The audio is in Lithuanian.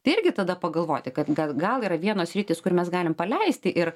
tai irgi tada pagalvoti kad ga gal yra vienos sritys kur mes galim paleisti ir